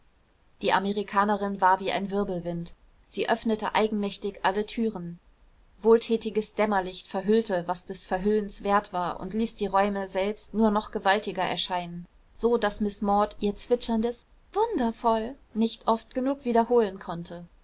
die amerikanerin war wie ein wirbelwind sie öffnete eigenmächtig alle türen wohltätiges dämmerlicht verhüllte was des verhüllens wert war und ließ die räume selbst nur noch gewaltiger erscheinen so daß miß maud ihr zwitscherndes wundervoll nicht oft genug wiederholen konnte